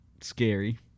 scary